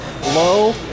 low